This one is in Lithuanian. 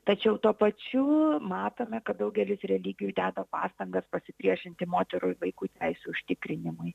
tačiau tuo pačiu matome kad daugelis religijų deda pastangas pasipriešinti moterų vaikų teisių užtikrinimui